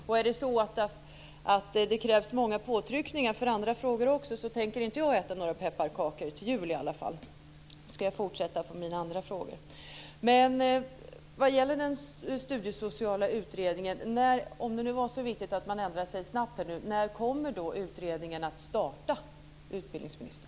Och om det krävs många påtryckningar i andra frågor också så kan jag säga att jag inte tänker äta några pepparkakor till jul i alla fall. Då ska jag fortsätta med mina andra frågor. Om det nu var så viktigt att man ändrade sig snabbt undrar jag: När kommer den studiesociala utredningen att starta, utbildningsministern?